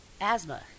asthma